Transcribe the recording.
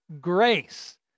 grace